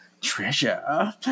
treasure